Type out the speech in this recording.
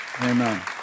Amen